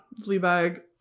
Fleabag